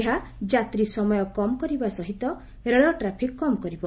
ଏହା ଯାତ୍ରୀ ସମୟ କମ୍ କରିବା ସହିତ ରେଳ ଟ୍ରାଫିକ କମ୍ କରିବ